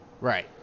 Right